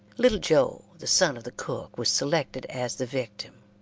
little joe, the son of the cook, was selected as the victim.